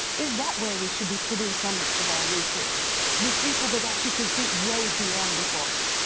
is that where we should be putting some of our resource with people that actually can think way beyond the box,